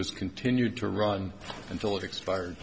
was continued to run until it expire